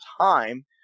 time